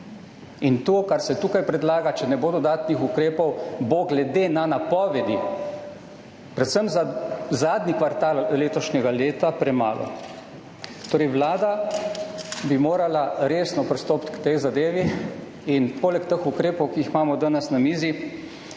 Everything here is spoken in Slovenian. In to, kar se tukaj predlaga, če ne bo dodatnih ukrepov, bo glede na napovedi, predvsem za zadnji kvartal letošnjega leta, premalo. Torej, vlada bi morala resno pristopiti k tej zadevi in poleg teh ukrepov, ki jih imamo danes na mizi